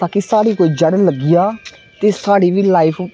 ताकि स्हाड़ी कोई जड़ लग्गी जा ते स्हाड़ी बी लाइफ